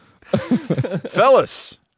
Fellas